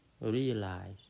realize